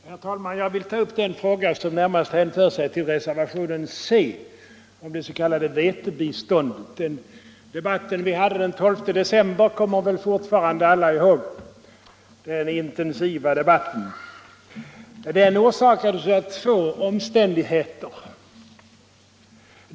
Herr talman! Jag skall ta upp den fråga som närmast hänför sig till reservationen C om det s.k. vetebiståndet. Den intensiva debatt som fördes här den 12 december förra året kommer väl alla ihåg. Den hade två orsaker.